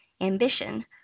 ambition